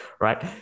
right